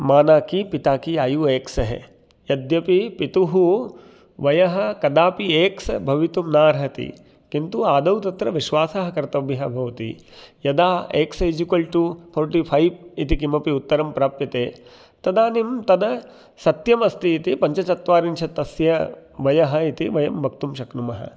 माना कि पिता की आयु एक्स् है यद्यपि पितुः वयः कदापि एक्स् भवितुं न अर्हति किन्तु आदौ तत्र विश्वासः कर्तव्यः भवति यदा x is equal to forty five इति किमपि उत्तरं प्राप्यते तदानीं तद् सत्यम् अस्ति इति पञ्चचत्वारिंशत् तस्य वयः इति वयं वक्तुं शक्नुमः